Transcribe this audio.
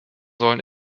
sollen